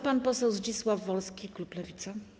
Pan poseł Zdzisław Wolski, klub Lewica.